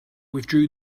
withdrew